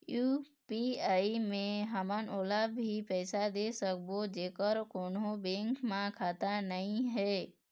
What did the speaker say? UPI मे हमन ओला भी पैसा दे सकबो जेकर कोन्हो बैंक म खाता नई हे?